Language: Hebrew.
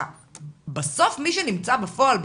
מי שנמצא בפועל,